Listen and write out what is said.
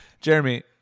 Jeremy